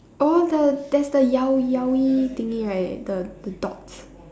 oh the there's the Yao Yayoi thingy right the the dots